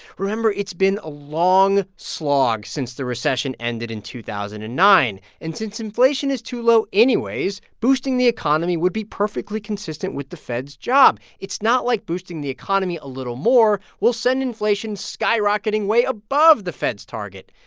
remember it's been a long slog since the recession ended in two thousand and nine. and since inflation is too low anyways, boosting the economy would be perfectly consistent with the fed's job. it's not like boosting the economy a little more will send inflation skyrocketing way above the fed's target.